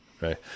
right